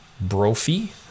Brophy